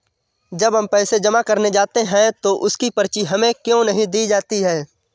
जब हम पैसे जमा करने जाते हैं तो उसकी पर्ची हमें क्यो नहीं दी जाती है?